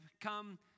come